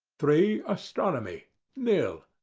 three. astronomy nil.